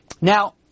Now